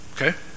Okay